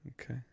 okay